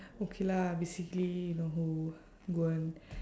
okay lah basically you know when